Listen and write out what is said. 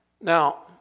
Now